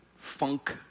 funk